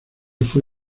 fue